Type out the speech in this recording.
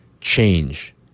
change